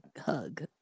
hug